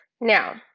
Now